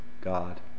God